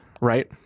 right